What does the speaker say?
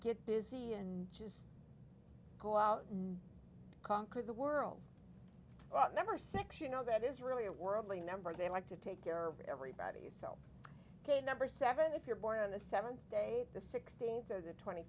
get busy and just go out and conquer the world well number six you know that is really a worldly number they like to take care of everybody so ok number seven if you're born on the seventh day the sixteenth or the twenty